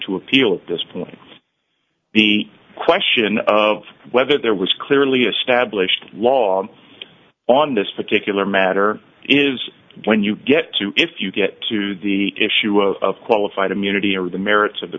to appeal at this point the question of whether there was clearly established law on this particular matter is when you get to if you get to the issue of qualified immunity or the merits of the